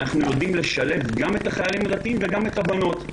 אנחנו יודעים לשלב גם את החיילים הדתיים וגם את הבנות.